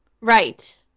Right